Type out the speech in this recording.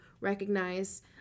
recognize